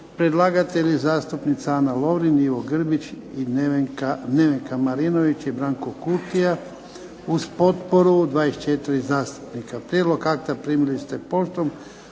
Predlagatelj je zastupnica Ana Lovrin i Ivo Grbić i Nevenka Marinović i Branko Kutija uz potporu 24 zastupnika. Prijedlog akta primili ste poštom.